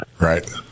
Right